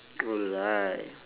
alright